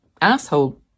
asshole